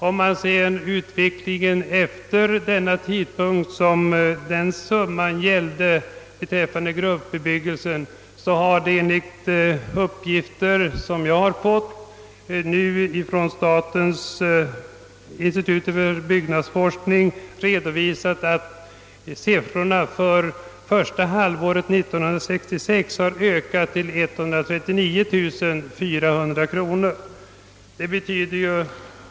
Om man ser på utvecklingen efter den tidpunkt som dessa uppgifter avser finner man att — enligt uppgifter jag nu fått — motsvarande kostnader under det första halvåret 1966 ökat till 139 400 kronor.